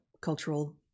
cultural